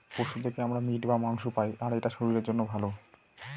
পশু থেকে আমরা মিট বা মাংস পায়, আর এটা শরীরের জন্য ভালো